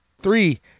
three